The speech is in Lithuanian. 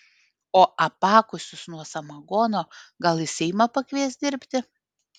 o apakusius nuo samagono gal į seimą pakvies dirbti